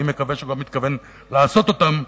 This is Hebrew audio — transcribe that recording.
אני מקווה שהוא גם מתכוון לעשות אותם,